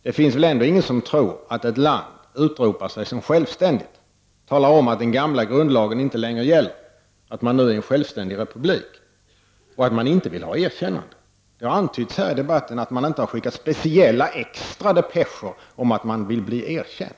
Det finns väl ändå ingen som tror att ett land som utropar sig som självständigt, talar om att den gamla grundlagen inte längre gäller och att man nu är en självständig republik, inte vill bli erkänt. Det har antytts här i debatten att man inte har skickat speciella, extra depescher om att man vill bli erkänd.